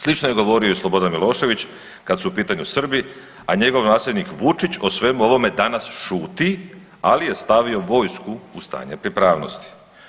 Slično je govorio i Slobodan Milošević kada su u pitanju Srbi, a njegov nasljednik Vučić o svemu ovome danas šuti, ali je stavio vojsku u stanje pripravnosti.